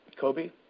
Kobe